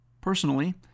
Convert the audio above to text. Personally